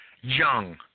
young